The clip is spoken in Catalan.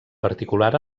particular